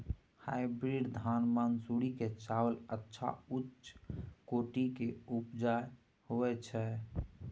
Hybrid धान मानसुरी के चावल अच्छा उच्च कोटि के उपजा होय छै?